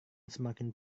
semakin